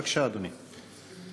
בבקשה, אדוני.